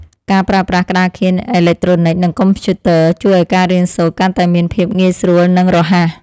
ការប្រើប្រាស់ក្តារខៀនអេឡិចត្រូនិកនិងកុំព្យូទ័រជួយឱ្យការរៀនសូត្រកាន់តែមានភាពងាយស្រួលនិងរហ័ស។